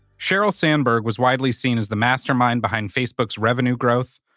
sheryl sandberg was widely seen as the mastermind behind facebook's revenue growth,